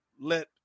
let